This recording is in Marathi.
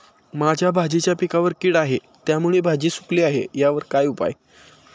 माझ्या भाजीच्या पिकावर कीड आहे त्यामुळे भाजी सुकली आहे यावर काय उपाय?